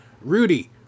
Rudy